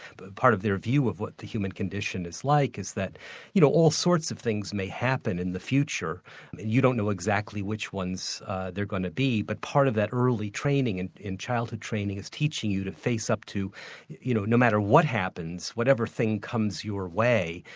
but part of their view of what the human condition is like is that you know all sorts of things may happen in the future, and you don't know exactly which ones they're going to be, but part of that early training and childhood training, is teaching you to face up to you know no matter what happens, whatever thing comes your way,